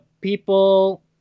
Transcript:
people